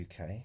UK